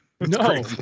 No